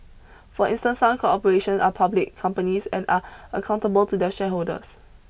for instance some corporation are public companies and are accountable to their shareholders